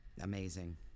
amazing